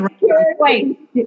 Wait